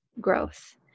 growth